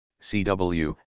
CW